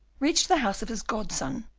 reached the house of his godson,